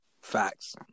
Facts